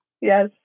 Yes